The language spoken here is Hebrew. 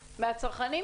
מהצרכנים?